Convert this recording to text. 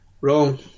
Wrong